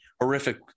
horrific